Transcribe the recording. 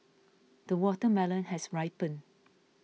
the watermelon has ripened